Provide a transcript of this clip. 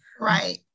right